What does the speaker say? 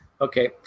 okay